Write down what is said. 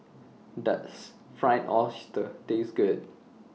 Does Fried Oyster Taste Good